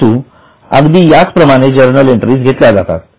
परंतु अगदी याच प्रमाणे जर्नल एंट्री घेतल्या जातात